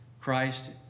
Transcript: Christ